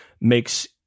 makes